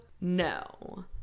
No